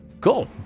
Cool